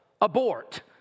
abort